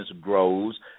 grows